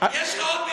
כל היום כיבוש.